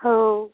ହଁ